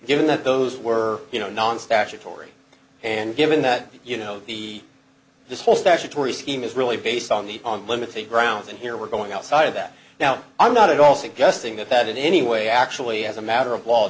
given that those were you know non statutory and given that you know the this whole statutory scheme is really based on the on limiting grounds and here we're going outside of that now i'm not at all suggesting that that in any way actually as a matter of law